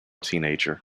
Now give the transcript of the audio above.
teenager